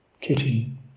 kitchen